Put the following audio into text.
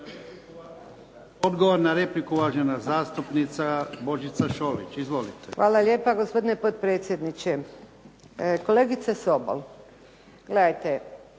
Odgovor na repliku uvažena zastupnica Božica Šolić. **Šolić, Božica (HDZ)** Hvala lijepa gospodine potpredsjedniče. Kolegice Sobol, gledajte,